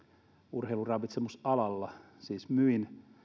urheiluravitsemusalalla siis myin